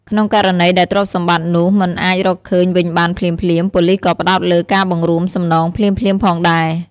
ក្នុងករណីដែលទ្រព្យសម្បត្តិនោះមិនអាចរកឃើញវិញបានភ្លាមៗ ប៉ូលិសក៏ផ្តោតលើ ការបង្រួមសំណងភ្លាមៗ ផងដែរ។